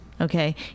Okay